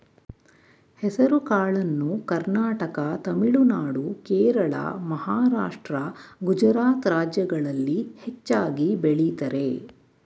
ಹೆಸರುಕಾಳನ್ನು ಕರ್ನಾಟಕ ತಮಿಳುನಾಡು, ಕೇರಳ, ಮಹಾರಾಷ್ಟ್ರ, ಗುಜರಾತ್ ರಾಜ್ಯಗಳಲ್ಲಿ ಹೆಚ್ಚಾಗಿ ಬೆಳಿತರೆ